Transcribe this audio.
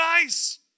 nice